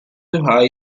high